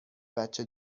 بچه